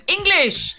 English